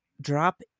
drop